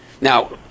Now